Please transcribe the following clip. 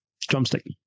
drumstick